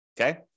okay